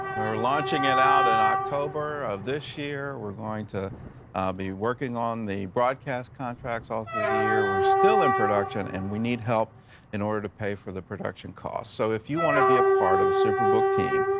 um we're launching it out in october of this year. we're going to be working on the broadcast contracts all through the the year. we're still in production, and we need help in order to pay for the production cost. so if you want to be a part of the superbook team,